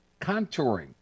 Contouring